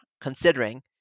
considering